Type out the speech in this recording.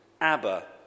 Abba